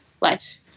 life